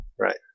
right